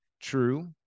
True